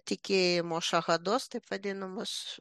tikėjimo šachados taip vadinamos